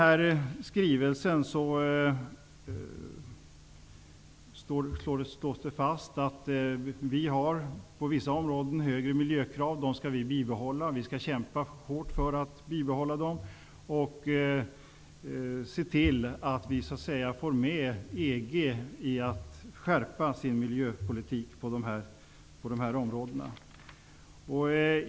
I skrivelsen slås det fast att vi på vissa områden har hårdare miljökrav. Dem skall vi bibehålla. Vi skall kämpa hårt för att bibehålla dem och se till att vi så att säga får med EG i att skärpa sin miljöpolitik på de områdena.